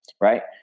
Right